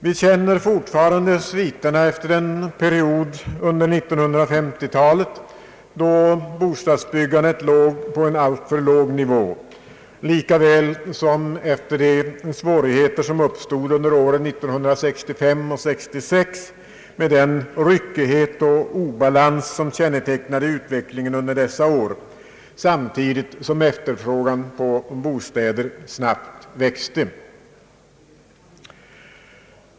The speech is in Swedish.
Vi känner fortfarande sviterna efter den period under 1950-talet, då bostadsbyggandet hade en alltför låg nivå, lika väl som efter de svårigheter som uppstod under åren 1965 och 1966 på grund av den ryckighet och obalans som kännetecknade utvecklingen under dessa år samtidigt som efterfrågan på bostäder snabbt växte.